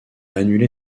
annulé